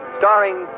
starring